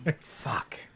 Fuck